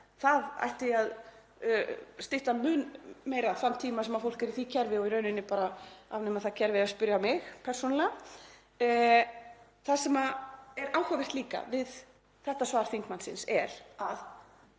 það ætti að stytta mun meira þann tíma sem fólk er í því kerfi — og í rauninni bara afnema það kerfi ef hann er að spyrja mig persónulega. Það sem er líka áhugavert við þetta svar þingmannsins er að